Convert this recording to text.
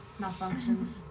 malfunctions